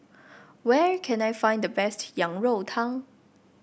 where can I find the best Yang Rou Tang